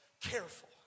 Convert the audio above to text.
careful